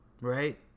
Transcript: right